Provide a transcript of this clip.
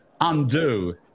undo